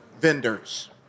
vendors